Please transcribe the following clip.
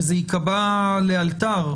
וזה ייקבע לאלתר,